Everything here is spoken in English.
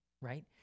right